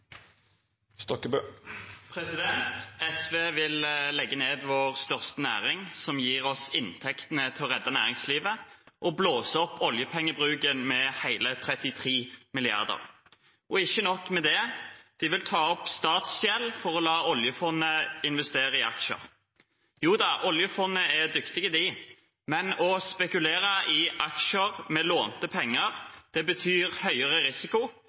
SV vil legge ned vår største næring, som gir oss inntektene til å redde næringslivet, og blåse opp oljepengebruken med hele 33 mrd. kr. Og ikke nok med det – de vil ta opp statsgjeld for å la oljefondet investere i aksjer. Joda, oljefondet er dyktig, men å spekulere i aksjer med lånte penger betyr høyere risiko